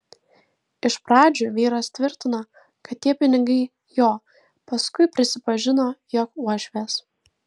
iš pradžių vyras tvirtino kad tie pinigai jo paskui prisipažino jog uošvės